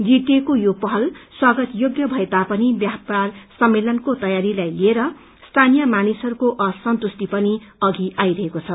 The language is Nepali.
जीटीएको यो पहल स्वागतयोग्य भए तापनि व्यापार सम्मेलनको तयारीलाई लिएर स्थानीय मानिसहरूको असन्तुष्टि पनि अघि आइरहेको छ